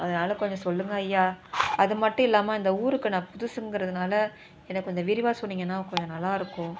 அதனால் கொஞ்சம் சொல்லுங்கள் ஐயா அது மட்டும் இல்லாமல் இந்த ஊருக்கு நான் புதுசுங்கிறதுனால எனக்கு கொஞ்சம் விரிவாக சொன்னிங்கன்னால் கொஞ்சம் நல்லா இருக்கும்